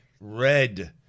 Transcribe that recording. Red